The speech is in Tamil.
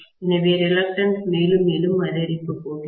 எனவே ரிலக்டன்ஸ் மேலும் மேலும் அதிகரிக்கப் போகிறது